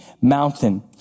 mountain